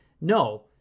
No